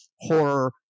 horror